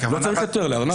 לא צריך היתר לארנב.